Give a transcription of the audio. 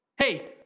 Hey